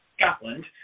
Scotland